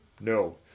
No